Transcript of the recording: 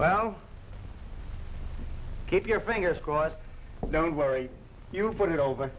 oh keep your fingers crossed don't worry you'll put it over